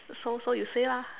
so so you say lah